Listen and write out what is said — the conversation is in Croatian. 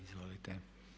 Izvolite.